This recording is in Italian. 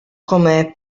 come